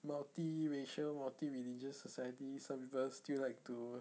multi-racial mult-religious society some people still like to